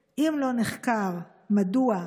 2. אם לא נחקר, מדוע?